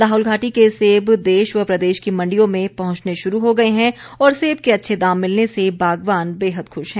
लाहौल घाटी के सेब देश व प्रदेश की मंडियो में पहुंचने शुरू हो गए हैं और सेब के अच्छे दाम मिलने से बागवान बेहद खुश हैं